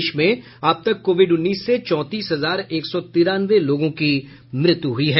देश में अब तक कोविड उन्नीस से चौंतीस हजार एक सौ तिरानवे लोगों की मृत्यु हुई है